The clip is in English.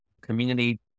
community